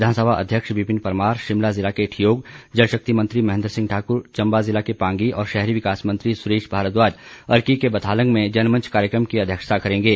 विधानसभा अध्यक्ष विपिन परमार शिमला ज़िले के ठियोग जलशक्ति मंत्री महेन्द्र सिंह ठाकुर चंबा ज़िला के पांगी और शहरी विकास मंत्री सुरेश भारद्वाज अर्की के बथालंग में जनमंच कार्यक्रम की अध्यक्षता करेंगे